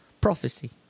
prophecy